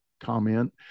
comment